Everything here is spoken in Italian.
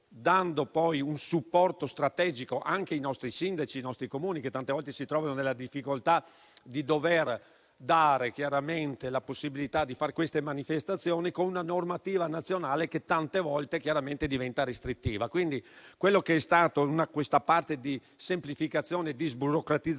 dando poi un supporto strategico anche ai nostri sindaci e ai nostri Comuni, che tante volte si trovano nella difficoltà di dover concedere la possibilità di fare queste manifestazioni, con una normativa nazionale che tante volte, chiaramente, diventa restrittiva. Rispetto a questa parte di semplificazione e di sburocratizzazione,